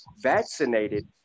vaccinated